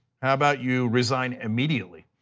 how about you resign immediately.